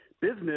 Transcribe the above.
business